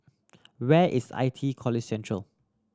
where is I T E College Central